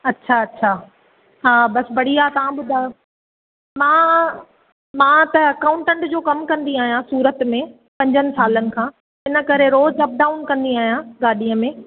अछा अछा हा बस बढ़िया तव्हां ॿुधायो मां मां त अकांउटंट जो कमु कंदी आहियां सूरत में पंजनि सालनि खां इन करे रोज़ु अप डाउन कंदी आहियां गाॾीअ में